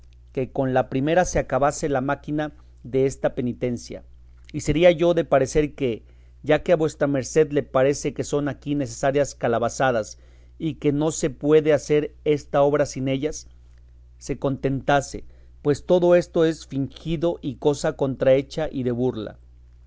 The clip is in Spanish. que con la primera se acabase la máquina desta penitencia y sería yo de parecer que ya que vuestra merced le parece que son aquí necesarias calabazadas y que no se puede hacer esta obra sin ellas se contentase pues todo esto es fingido y cosa contrahecha y de burla